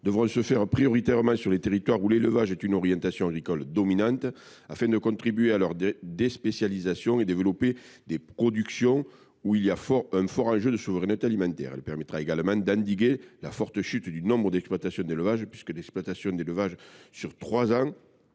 devront se faire prioritairement dans les territoires où l’élevage est une orientation agricole dominante, afin de contribuer à leur déspécialisation et développer des productions soumises à un fort enjeu de souveraineté alimentaire. Elles permettront également d’endiguer la forte chute du nombre d’exploitations d’élevage, puisqu’un tiers d’entre elles ont